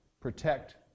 protect